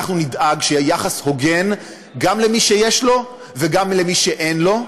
אנחנו נדאג שיהיה יחס הוגן גם למי שיש לו וגם למי שאין לו,